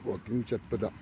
ꯋꯥꯛꯀꯤꯡ ꯆꯠꯄꯗ